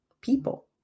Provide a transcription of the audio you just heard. People